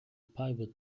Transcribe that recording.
pivot